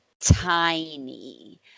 tiny